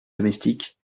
domestique